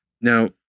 now